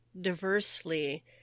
diversely